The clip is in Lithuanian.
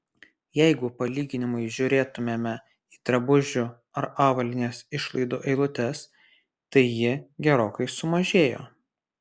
jeigu palyginimui žiūrėtumėme į drabužių ar avalynės išlaidų eilutes tai ji gerokai sumažėjo